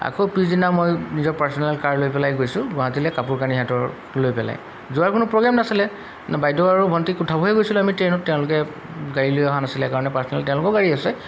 আকৌ পিছদিনা মই নিজৰ পাৰ্চনেল কাৰ লৈ পেলাই গৈছোঁ গুৱাহাটীলৈ কাপোৰ কানি সিহঁতৰ লৈ পেলাই যোৱাৰ কোনো প্ৰগ্ৰেম নাছিলে বাইদেউ আৰু ভণ্টিক উঠাবহে গৈছিলোঁ আমি ট্ৰেইনত তেওঁলোকে গাড়ী লৈ অহা নাছিলে কাৰণে পাৰ্চনেল তেওঁলোকৰো গাড়ী আছে